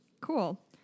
Cool